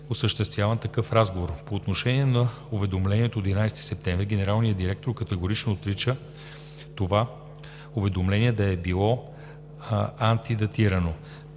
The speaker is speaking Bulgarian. осъществяван такъв разговор. По отношение на уведомлението от 11 септември генералният директор категорично отрича това уведомление да е било антидатирано.